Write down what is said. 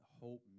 hope